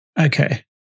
Okay